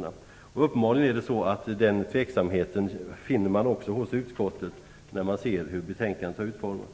Det är uppenbarligen så att man även finner den tveksamheten hos utskottet när man ser hur betänkandet har utformats.